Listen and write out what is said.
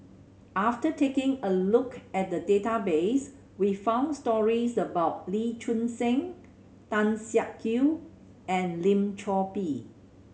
after taking a look at the database we found stories about Lee Choon Seng Tan Siak Kew and Lim Chor Pee